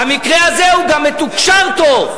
במקרה הזה הוא גם מתוקשר טוב.